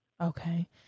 Okay